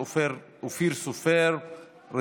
2344, 2346, 2349, 2351 ו-2376.